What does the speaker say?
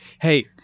Hey